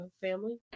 family